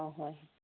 ꯑꯥ ꯍꯣꯏ